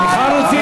מיכל רוזין,